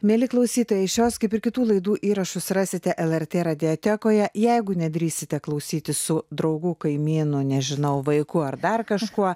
mieli klausytojai šios kaip ir kitų laidų įrašus rasite lrt radiotekoje jeigu nedrįsite klausytis su draugu kaimynu nežinau vaiku ar dar kažkuo